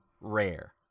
rare